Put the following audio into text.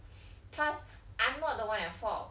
plus I'm not the one at fault